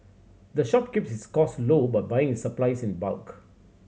the shop keeps its cost low by buying its supplies in bulk